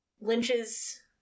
Lynch's